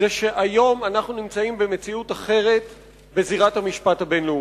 שהיום אנחנו נמצאים במציאות אחרת בזירת המשפט הבין-לאומי,